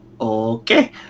Okay